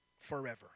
forever